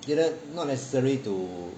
觉得 not necessary to